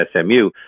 SMU